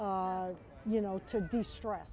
you know to do stress